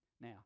Now